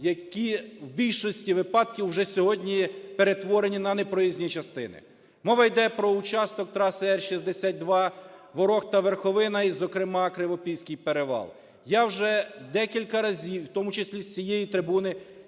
які в більшості випадків вже сьогодні перетворені на непроїзні частини. Мова йде про участок траси Р62 Ворохта – Верховина, і, зокрема, Кривопільський перевал. Я вже декілька разів, у тому числі з цієї трибуни,